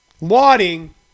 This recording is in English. lauding